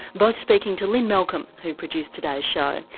both speaking to lynne malcolm who produced today's show.